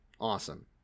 Awesome